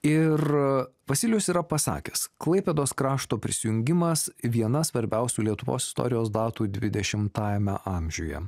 ir vasilijus yra pasakęs klaipėdos krašto prisijungimas viena svarbiausių lietuvos istorijos datų dvidešimtajame amžiuje